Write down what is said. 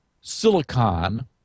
silicon